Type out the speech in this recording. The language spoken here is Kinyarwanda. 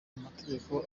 amategeko